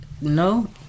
No